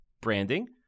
branding